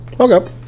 Okay